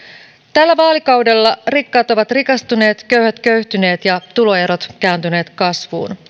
tällä vaalikaudella rikkaat ovat rikastuneet köyhät köyhtyneet ja tuloerot kääntyneet kasvuun